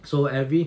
so every